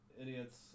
idiots